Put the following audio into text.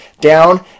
down